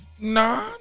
Nah